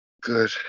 Good